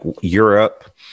Europe